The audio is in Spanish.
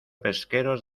pesqueros